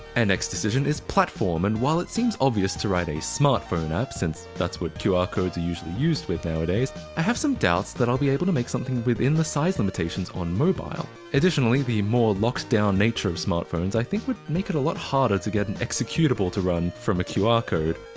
and next decision is platform, and while it seems obvious to write a smartphone app, since that's what qr codes are usually used for nowadays, i have some doubts that i'll be able to make something within the size limitations on mobile. additionally, the more locked down nature of smartphones i think would make it a lot harder to get an executable to run from a qr code.